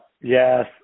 yes